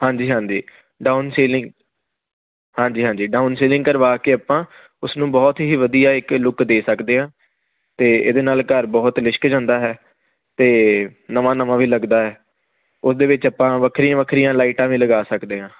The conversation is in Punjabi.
ਹਾਂਜੀ ਹਾਂਜੀ ਡਾਊਨ ਸੀਲਿੰਗ ਹਾਂਜੀ ਹਾਂਜੀ ਡਾਊਨ ਸੀਲਿੰਗ ਕਰਵਾ ਕੇ ਆਪਾਂ ਉਸਨੂੰ ਬਹੁਤ ਹੀ ਵਧੀਆ ਇੱਕ ਲੁੱਕ ਦੇ ਸਕਦੇ ਹਾਂ ਅਤੇ ਇਹਦੇ ਨਾਲ ਘਰ ਬਹੁਤ ਲਿਸ਼ਕ ਜਾਂਦਾ ਹੈ ਅਤੇ ਨਵਾਂ ਨਵਾਂ ਵੀ ਲੱਗਦਾ ਹੈ ਉਸ ਦੇ ਵਿੱਚ ਆਪਾਂ ਵੱਖਰੀਆਂ ਵੱਖਰੀਆਂ ਲਾਈਟਾਂ ਵੀ ਲਗਾ ਸਕਦੇ ਹਾਂ